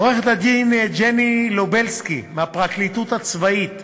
עורכת-הדין ג'ני לובובסקי מהפרקליטות הצבאית,